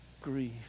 grief